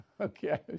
Okay